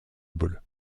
ball